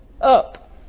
up